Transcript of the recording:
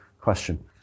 question